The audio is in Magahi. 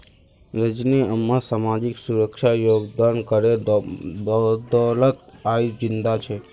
रजनी अम्मा सामाजिक सुरक्षा योगदान करेर बदौलत आइज जिंदा छ